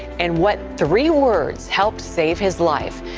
and what three words help save his life?